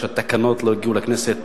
מפני שהתקנות לא הגיעו לכנסת.